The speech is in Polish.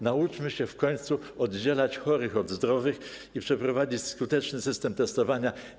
Nauczmy się w końcu oddzielać chorych od zdrowych i wprowadźmy skuteczny system testowania.